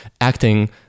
acting